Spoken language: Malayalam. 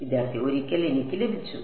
വിദ്യാർത്ഥി ഒരിക്കൽ എനിക്ക് ലഭിച്ചു